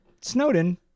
Snowden